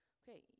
okay